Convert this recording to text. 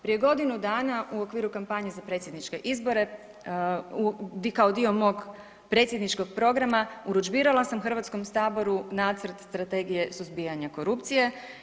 Prije godinu dana u okviru kampanje za predsjedničke izbore, kao dio mog predsjedničkog programa urudžbirala sam Hrvatskom saboru nacrt Strategije suzbijanja korupcije.